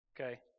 Okay